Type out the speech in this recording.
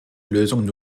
lösungen